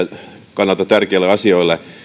kannalta tärkeille asioille